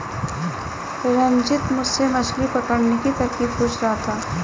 रंजित मुझसे मछली पकड़ने की तरकीब पूछ रहा था